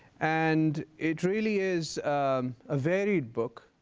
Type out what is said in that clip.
and it really is a varied book.